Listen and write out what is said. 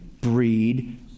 breed